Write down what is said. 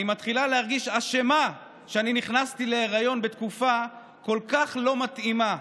אני מתחילה להרגיש אשמה על שאני נכנסתי להיריון בתקופה כל כך לא מתאימה,